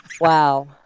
Wow